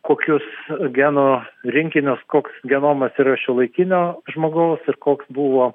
kokius genų rinkinius koks genomas yra šiuolaikinio žmogaus ir koks buvo